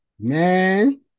man